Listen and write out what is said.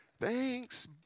thanks